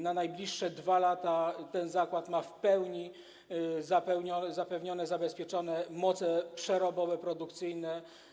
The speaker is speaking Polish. Na najbliższe 2 lata ten zakład ma w pełni zapewnione, zabezpieczone moce przerobowe, produkcyjne.